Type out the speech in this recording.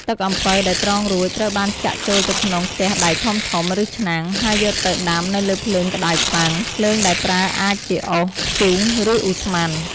ទឹកអំពៅដែលត្រងរួច ត្រូវបានចាក់ចូលទៅក្នុងខ្ទះដែកធំៗ ឬឆ្នាំង ហើយយកទៅដាំនៅលើភ្លើងក្ដៅខ្លាំង។ ភ្លើងដែលប្រើអាចជាអុស ធ្យូង ឬឧស្ម័ន។